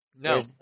No